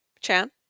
Chan